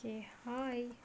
okay hi